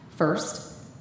First